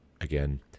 again